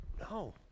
no